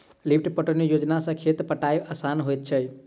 lift पटौनी योजना सॅ खेत पटायब आसान होइत अछि